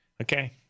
Okay